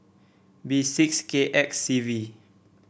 B six K X C V